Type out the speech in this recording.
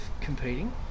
competing